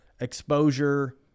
exposure